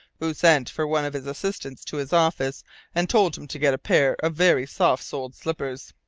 who sent for one of his assistants to his office and told him to get a pair of very soft-soled slippers.